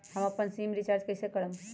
हम अपन SIM recharge कइसे करम?